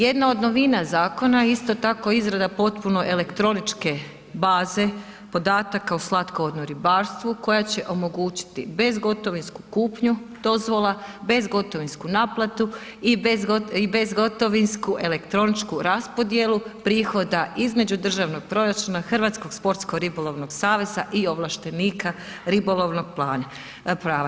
Jedna od novina zakona je isto tako izrada potpuno elektroničke baze podataka o slatkovodnom ribarstvu koja će omogućiti bezgotovinsku kupnju dozvola, bezgotovinsku naplatu i bezgotovinsku elektroničku raspodjelu prihoda između državnog proračuna, Hrvatskog sportsko-ribolovnog saveza i ovlaštenika ribolovnog plana, prava.